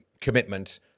commitment